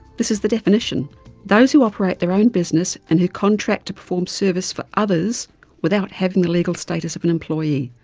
this is the definition those who operate their own business and who contract to perform service for others without having the legal status of an employee.